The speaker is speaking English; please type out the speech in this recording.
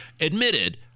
admitted